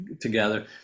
together